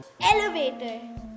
elevator